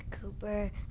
Cooper